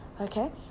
okay